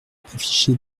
affiché